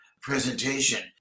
presentation